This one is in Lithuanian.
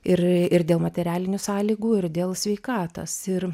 ir ir dėl materialinių sąlygų ir dėl sveikatos ir